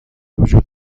وجود